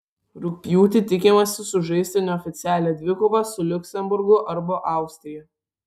rugpjūtį tikimasi sužaisti neoficialią dvikovą su liuksemburgu arba austrija